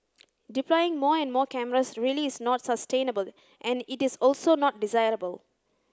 deploying more and more cameras really is not sustainable and it is also not desirable